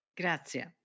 Grazie